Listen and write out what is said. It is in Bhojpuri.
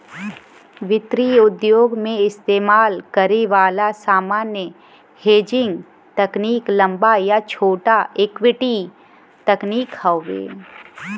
वित्तीय उद्योग में इस्तेमाल करे वाला सामान्य हेजिंग तकनीक लंबा या छोटा इक्विटी तकनीक हौ